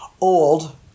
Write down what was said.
old